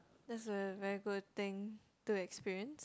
that's a very good thing to experience